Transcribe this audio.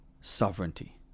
sovereignty